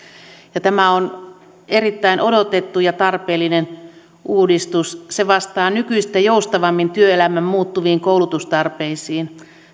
tämä on erittäin odotettu ja tarpeellinen uudistus se vastaa nykyistä joustavammin työelämän muuttuviin koulutustarpeisiin